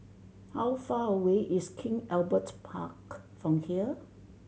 how far away is King Albert Park from here